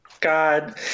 God